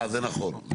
זה נכון.